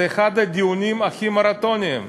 זה אחד הדיונים הכי מרתוניים,